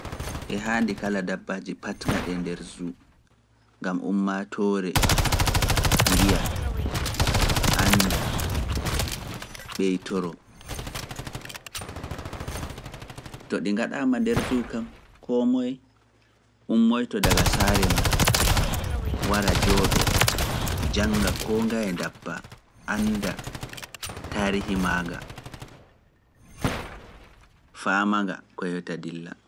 E haandi kala dabbaji patnga ɗe nder zoo, gam ummaa toore, ngiya, annda, ɓeytoro. To ɗi ngaɗaama nder zoo kam koo moye, ummoyto daga saare mum Wara jooɗo, jannga koo ngae ndabba, annda, taarihi maa nga, faama nga ko hewta tadilla.